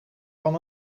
van